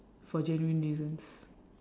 for genuine reasons